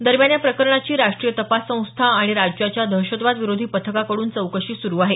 दरम्यान या प्रकरणाची राष्ट्रीय तपास संस्था आणि राज्याच्या दहशतवाद विरोधी पथकाकडून चौकशी सुरु आहे